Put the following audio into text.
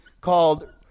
called